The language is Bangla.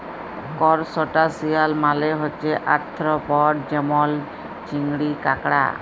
করসটাশিয়াল মালে হছে আর্থ্রপড যেমল চিংড়ি, কাঁকড়া